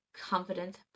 confidence